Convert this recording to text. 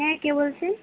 হ্যাঁ কে বলছেন